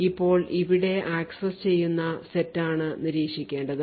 ഇപ്പോൾ ഇവിടെ ആക്സസ് ചെയ്യുന്ന സെറ്റാണ് നിരീക്ഷിക്കേണ്ടത്